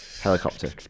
Helicopter